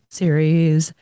series